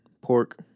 pork